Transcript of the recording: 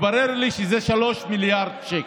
התברר לי שזה 3 מיליארד שקל.